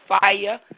fire